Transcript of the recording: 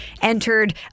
entered